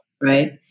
right